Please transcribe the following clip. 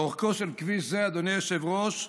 אורכו של כביש זה, אדוני היושב-ראש,